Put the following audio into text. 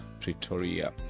pretoria